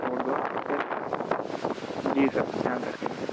छोड़ दो फिर जी सर ध्यान रखेंगे